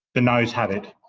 the noes have it.